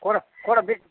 கூட கூட பீஃப்